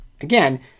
again